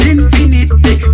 Infinity